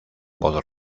voz